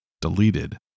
deleted